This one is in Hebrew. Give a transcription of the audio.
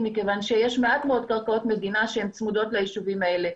מכיוון שיש מעט מאוד קרקעות מדינה שהן צמודות ליישובים האלה.